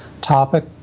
topic